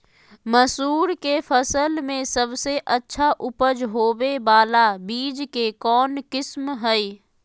मसूर के फसल में सबसे अच्छा उपज होबे बाला बीज के कौन किस्म हय?